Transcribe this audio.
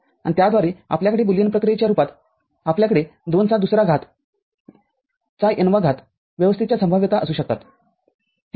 आणि त्याद्वारे आपल्याकडे बुलियन प्रक्रियेच्यारूपात आपल्याकडे २चा २ रा घात चा n वा घात व्यवस्थेच्या संभाव्यता असू शकतात ठीक आहे